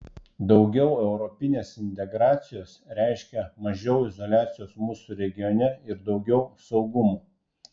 daugiau europinės integracijos reiškia mažiau izoliacijos mūsų regione ir daugiau saugumo